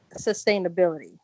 sustainability